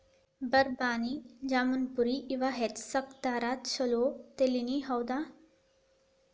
ಬರಬಾನಿ, ಜಮನಾಪುರಿ ಇವ ಹೆಚ್ಚ ಸಾಕತಾರ ಚುಲೊ ತಳಿನಿ ಹೌದ